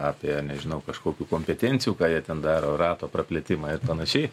apie nežinau kažkokių kompetencijų ką jie ten daro rato praplėtimą ir panašiai